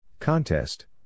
Contest